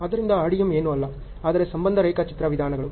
ಆದ್ದರಿಂದ RDM ಏನೂ ಅಲ್ಲ ಆದರೆ ಸಂಬಂಧ ರೇಖಾಚಿತ್ರ ವಿಧಾನಗಳು